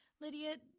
Lydia